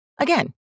Again